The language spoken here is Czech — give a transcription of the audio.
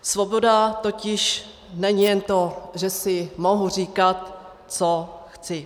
Svoboda totiž není jen to, že si mohu říkat, co chci.